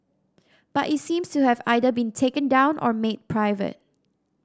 but it seems to have either been taken down or made private